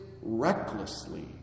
recklessly